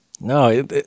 no